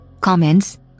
comments